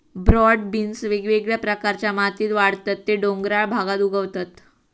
broad beans वेगवेगळ्या प्रकारच्या मातीत वाढतत ते डोंगराळ भागात उगवतत